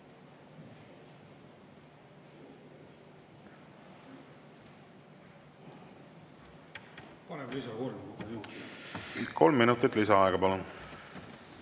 Kolm minutit lisaaega, palun!